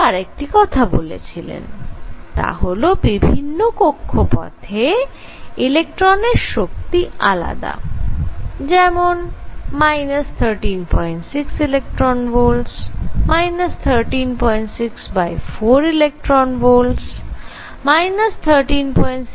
bore আরেকটি কথা বলেছিলেন তা হল বিভিন্ন কক্ষপথে ইলেকট্রনের শক্তি আলাদা যেমন 136 eV 1364 eV 1369 eV